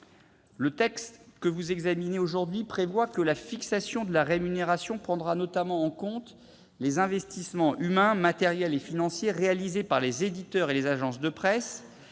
Le texte que vous examinez aujourd'hui prévoit que la fixation de la rémunération prendra notamment en considération « les investissements humains, matériels et financiers réalisés par les éditeurs et les agences de presse,